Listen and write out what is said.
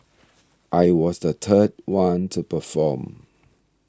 I was the third one to perform